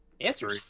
answer